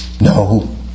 No